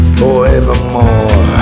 forevermore